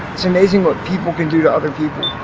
it's amazing what people can do to other people.